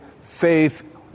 faith